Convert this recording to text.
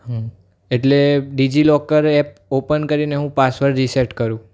એટલે DigiLocker app open કરીને હું પાસવર્ડ રીસેટ કરું